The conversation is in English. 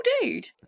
dude